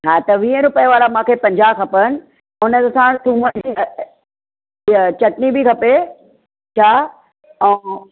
हा त वीह रुपया वारा मूंखे पंजाहु खपनि उनसां थूम जी इहा चटिणी बि खपे